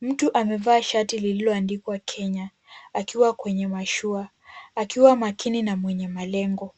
Mtu maevaa shati lililoandikwa Kenya akiwa kwenye mashua, akiwa makini na mwenye malengo.